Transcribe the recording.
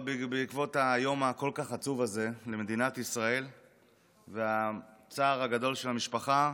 בעקבות היום הכל-כך עצוב הזה למדינת ישראל והצער הגדול של המשפחה,